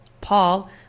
Paul